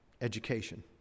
education